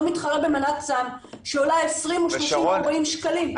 לא מתחרה במנת סם שעולה 20 או 30 או 40 שקלים,